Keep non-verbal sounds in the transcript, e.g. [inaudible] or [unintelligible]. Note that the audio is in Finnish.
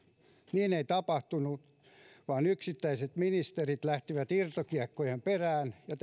niin ei tapahtunut vaan yksittäiset ministerit lähtivät irtokiekkojen perään ja [unintelligible]